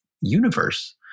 universe